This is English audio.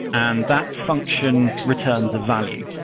and that function returns a value.